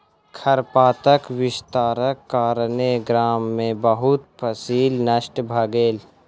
खरपातक विस्तारक कारणेँ गाम में बहुत फसील नष्ट भ गेल